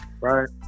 right